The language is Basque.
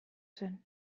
zen